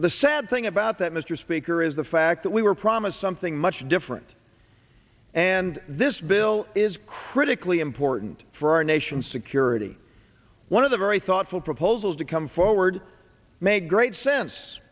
of the sad thing about that mr speaker is the fact that we were promised something much different and this bill is critically important for our nation's security one of the very thoughtful proposals to come forward make great sense